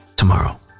Tomorrow